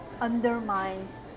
undermines